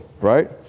right